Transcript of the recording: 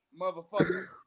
motherfucker